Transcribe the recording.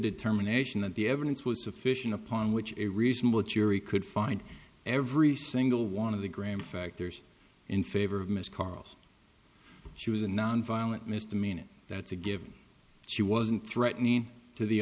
determination that the evidence was sufficient upon which a reasonable jury could find every single one of the graham factors in favor of ms karl's she was a nonviolent misdemeanor that's a given she wasn't threatening to the